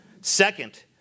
Second